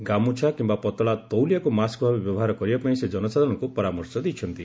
ଗାମୁଛା କିମ୍ବା ପତଳା ତଉଲିଆକୁ ମାସ୍କ ଭାବେ ବ୍ୟବହାର କରିବାପାଇଁ ସେ ଜନସାଧାରଣଙ୍କୁ ପରାମର୍ଶ ଦେଇଛନ୍ତି